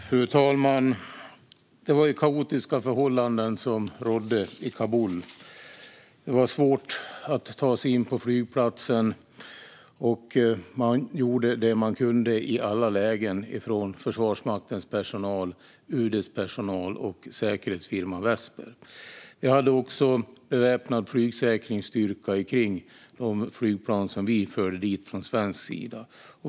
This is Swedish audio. Fru talman! Det var ju kaotiska förhållanden som rådde i Kabul. Det var svårt att ta sig in på flygplatsen, och Försvarsmaktens personal, UD:s personal och säkerhetsfirman Vesper gjorde vad de kunde i alla lägen. Vi hade också beväpnad flygsäkerhetsstyrka runt de flygplan som vi förde dit från svensk sida.